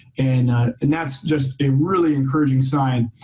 and and that's just a really encouraging sign.